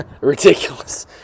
ridiculous